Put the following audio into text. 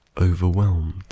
overwhelmed